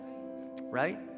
right